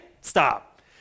stop